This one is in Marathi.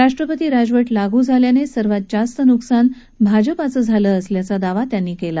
राष्ट्रपती राजवट लागू झाल्याने सर्वात जास्त नुकसान भाजपाचं झालं असल्याचा दावा त्यांनी केला